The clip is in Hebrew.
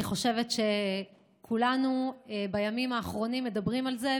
אני חושבת שכולנו בימים האחרונים מדברים על זה,